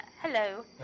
Hello